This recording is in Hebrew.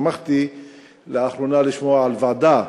שמחתי לאחרונה לשמוע על ועדה